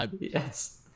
Yes